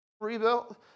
rebuilt